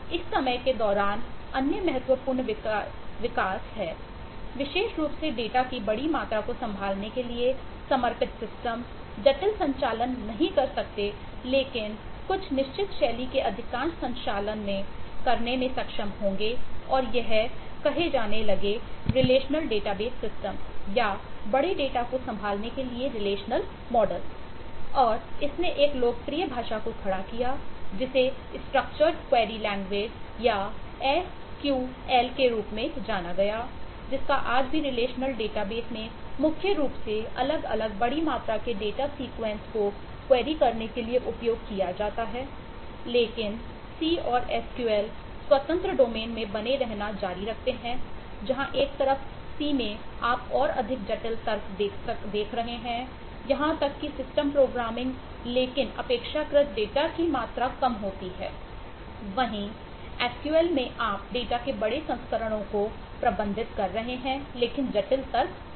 इस समय के दौरान अन्य महत्वपूर्ण विकास का विकास है विशेष रूप से डेटा की बड़ी मात्रा को संभालने के लिए समर्पित सिस्टम जटिल संचालन नहीं कर सकते लेकिन कुछ निश्चित शैली के अधिकांश संचालन करने में सक्षम होंगे और ये कहे जाने लगे रिलेशनल डेटाबेस सिस्टम और इसने एक लोकप्रिय भाषा को खड़ा किया जिसे स्ट्रक्चरड क्वेरी लैंग्वेज में आप डेटा के बड़े संस्करणों को प्रबंधित कर रहे हैं लेकिन जटिल तर्क कम होते हैं